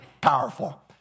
powerful